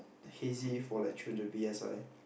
hazy for like three hundred P_S_I